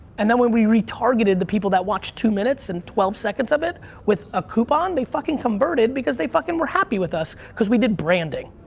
and then when we retargeted the people that watch two minutes and twelve seconds of it with a coupon, they fuckin' converted because they fuckin' were happy with us cuz we did branding.